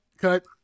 cut